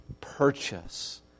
purchase